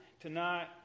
tonight